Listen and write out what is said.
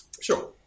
Sure